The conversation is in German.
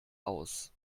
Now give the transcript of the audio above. aus